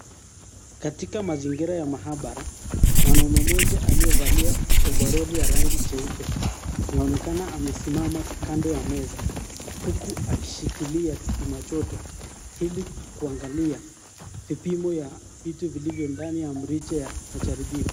Katika mazingira ya maabara mwanaume mmoja aliyevalia ovaroli ya rangi jeupe anaonekana amesimama kando ya meza huku akishikilia kipima joto ili kuangalia vipimo ya vitu vilivyo ndani ya mrija wa majaribio.